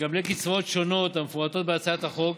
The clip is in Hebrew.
מקבלי קצבאות שונות המפורטות בהצעת החוק,